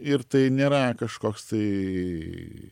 ir tai nėra kažkoks tai